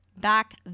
Back